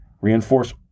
reinforce